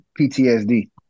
PTSD